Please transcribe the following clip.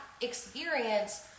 experience